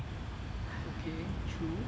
okay true